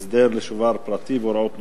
(הסדר לשוכר פרטי והוראות נוספות),